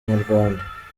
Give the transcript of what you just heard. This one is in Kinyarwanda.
inyarwanda